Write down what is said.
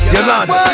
Yolanda